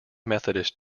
methodist